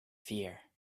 fear